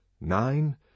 Nine